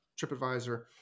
TripAdvisor